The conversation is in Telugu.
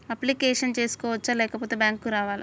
అప్లికేషన్ చేసుకోవచ్చా లేకపోతే బ్యాంకు రావాలా?